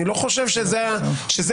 אני לא חושב שזה האירוע.